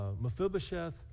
mephibosheth